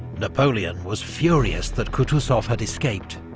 napoleon was furious that kutuzov had escaped.